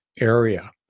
area